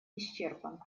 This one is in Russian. исчерпан